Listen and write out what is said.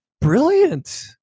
brilliant